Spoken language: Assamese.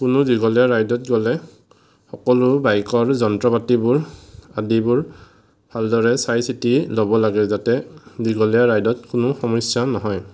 কোনো দীঘলীয়া ৰাইডত গ'লে সকলো বাইকৰ যন্ত্ৰ পাতিবোৰ আদিবোৰ ভালদৰে চাই চিতি ল'ব লাগে যাতে দীঘলীয়া ৰাইডত কোনো সমস্যা নহয়